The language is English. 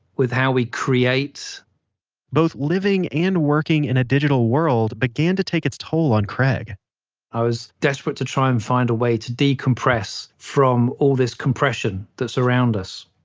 with how we create living and working in a digital world began to take its toll on craig i was desperate to try and find a way to decompress from all this compression that's around us